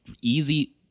easy